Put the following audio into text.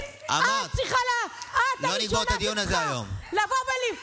אין בעיה, אמרת.